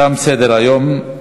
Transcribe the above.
תם סדר-היום.